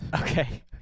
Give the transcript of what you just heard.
Okay